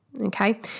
Okay